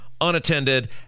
unattended